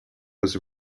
was